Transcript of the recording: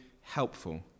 helpful